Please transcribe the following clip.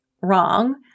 wrong